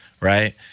right